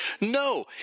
No